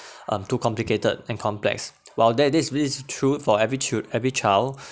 um too complicated and complex while that this is very true for every chil~ every child